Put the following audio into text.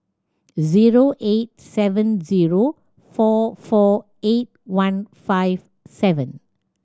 zero eight seven zero four four eight one five seven